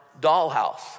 dollhouse